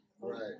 Right